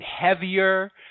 heavier